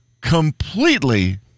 completely